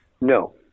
No